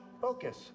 Focus